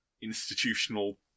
institutional